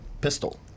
pistol